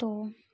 तो